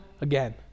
again